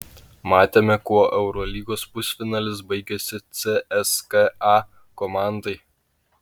matėme kuo eurolygos pusfinalis baigėsi cska komandai